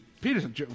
Peterson